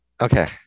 okay